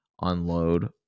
unload